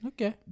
Okay